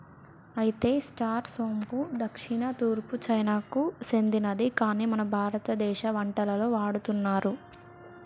అయితే స్టార్ సోంపు దక్షిణ తూర్పు చైనాకు సెందినది కాని మన భారతదేశ వంటలలో వాడుతున్నారు